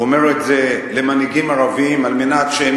הוא אומר את זה למנהיגים ערבים כדי שהם